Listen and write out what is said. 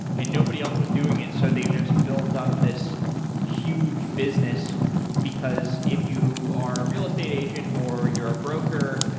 and nobody else was doing it so they just built up this huge business because if you are a real estate agent or you're a broker,